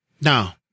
Now